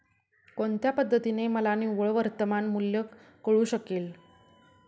कोणत्या पद्धतीने मला निव्वळ वर्तमान मूल्य कळू शकेल?